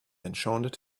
enchanted